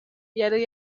yari